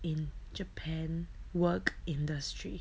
in japan work industry